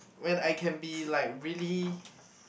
when I can be like really